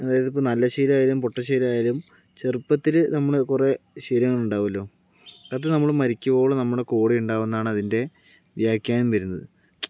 അതായത് ഇപ്പോൾ നല്ല ശീലമായാലും പൊട്ട ശീലമായാലും ചെറുപ്പത്തില് നമ്മള് കുറേ ശീലങ്ങൾ ഉണ്ടാവുമല്ലോ അത് നമ്മള് മരിയ്ക്കുവോളം നമ്മുടെ കൂടെയുണ്ടാവുമെന്നാണ് അതിൻ്റെ വ്യാഖ്യാനം വരുന്നത്